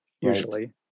usually